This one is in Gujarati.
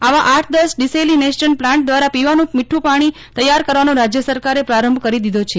આવા આઠ દસ ડીસેલીનેશન પ્લાન્ટ દ્વારા પીવાનું મીઠું પાણી તૈયાર કરવાનો રાજ્ય સરકારે પ્રારંભ કરી દીધો છે